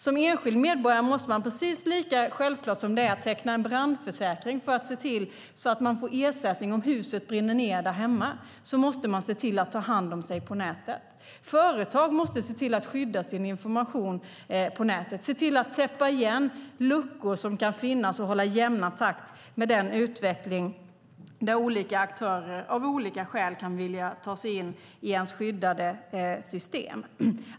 Som enskild medborgare måste man, precis lika självklart som det är att teckna en brandförsäkring för att se till att man får ersättning om huset brinner ned därhemma, se till att ta hand om sig på nätet. Företag måste se till att skydda sin information på nätet, täppa igen luckor som kan finnas och hålla jämna steg med den utveckling som finns där olika aktörer av skilda skäl kan vilja ta sig in i företagets skyddade system.